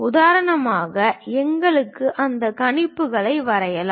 உதாரணமாக எங்களுக்கு அந்த கணிப்புகளை வரையலாம்